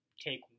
take